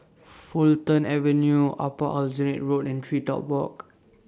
Fulton Avenue Upper Aljunied Road and TreeTop Walk